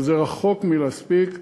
אבל זה רחוק מלהספיק.